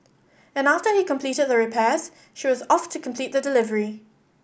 and after he completed the repairs she was off to complete the delivery